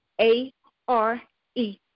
A-R-E